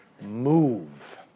move